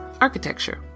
architecture